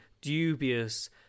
dubious